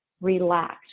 relax